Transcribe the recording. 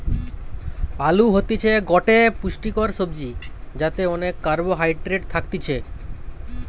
আলু হতিছে গটে পুষ্টিকর সবজি যাতে অনেক কার্বহাইড্রেট থাকতিছে